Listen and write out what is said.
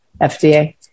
FDA